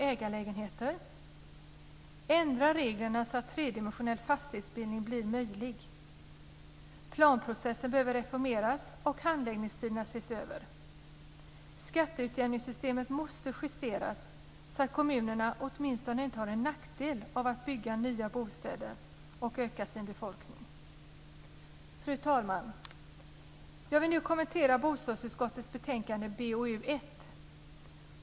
· Ändra reglerna så att tredimensionell fastighetsbildning blir möjlig. · Planprocessen behöver reformeras och handläggningstiderna ses över. · Skatteutjämningssytemet måste justeras så att kommunerna åtminstone inte har en nackdel av att bygga nya bostäder och öka sin befolkning. Fru talman ! Jag vill nu kommentera bostadsutskottets betänkande BoU1.